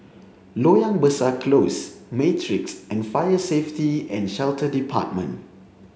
Loyang Besar Close Matrix and Fire Safety and Shelter Department